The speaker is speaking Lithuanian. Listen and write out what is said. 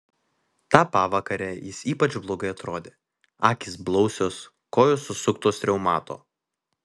tą pavakarę jis ypač blogai atrodė akys blausios kojos susuktos reumato